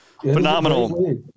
Phenomenal